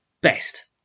best